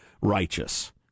righteous